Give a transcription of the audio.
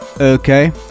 Okay